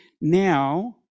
Now